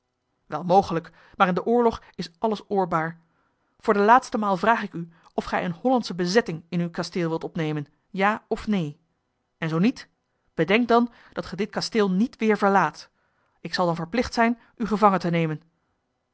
wel mogelijk maar in den oorlog is alles oorbaar voor de laatste maal vraag ik u of gij eene hollandsche bezetting in uw kasteel wilt opnemen ja of neen en zoo niet bedenk dan dat ge dit kasteel niet weer verlaat ik zal dan verplicht zijn u gevangen te nemen